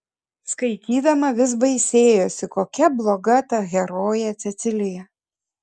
skaitydama vis baisėjosi kokia bloga ta herojė cecilija